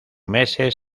meses